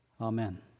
Amen